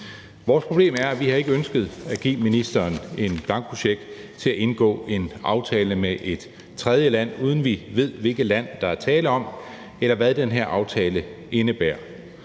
Vores problem er, at vi ikke har ønsket at give ministeren en blankocheck til at indgå en aftale med et tredjeland, uden vi ved, hvilket land der er tale om, eller hvad den her aftale indebærer.